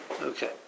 Okay